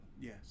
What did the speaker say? Yes